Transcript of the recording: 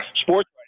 sports